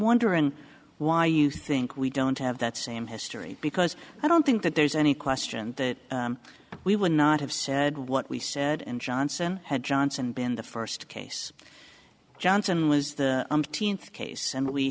wondering why you think we don't have that same history because i don't think that there's any question that we would not have said what we said and johnson had johnson been the first case johnson was the umpteenth case and we